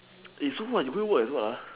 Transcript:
eh so what you gonna work as what ah